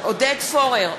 עודד פורר,